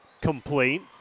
complete